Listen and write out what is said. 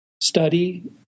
study